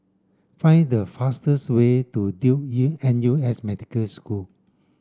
find the fastest way to Duke N U S Medical School